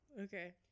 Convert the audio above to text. okay